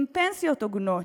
עם פנסיות הוגנות?